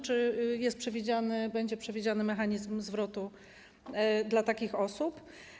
Czy jest przewidziany, będzie przewidziany mechanizm zwrotu dla takich osób?